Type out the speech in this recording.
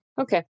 Okay